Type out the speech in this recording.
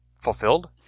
fulfilled